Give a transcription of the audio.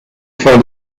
fin